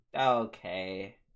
Okay